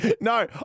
no